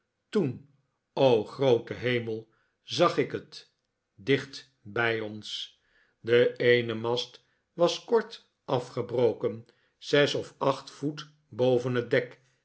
toen o groote hemel zag ik het dicht bij ons de eene mast was kort afgebroken zes of acht voet boven het dek